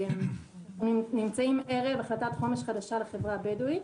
אנחנו נמצאים ערב החלטת חומש חדשה לחברה הבדווית,